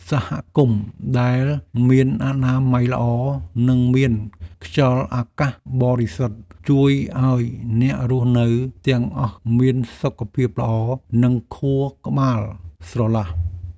សហគមន៍ដែលមានអនាម័យល្អនិងមានខ្យល់អាកាសបរិសុទ្ធជួយឱ្យអ្នករស់នៅទាំងអស់មានសុខភាពល្អនិងខួរក្បាលស្រឡះ។